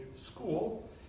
school